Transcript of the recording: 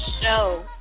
show